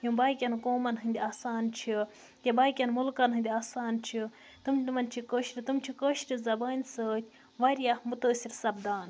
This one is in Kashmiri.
یِم باقیَن قومَن ہنٛدۍ آسان چھِ یا باقیَن مُلکَن ہنٛدۍ آسان چھِ تِم تِمَن چھِ کٲشرِ تِم چھِ کٲشرِ زَبانہِ سۭتۍ واریاہ مُتٲثر سَپدان